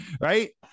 Right